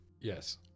Yes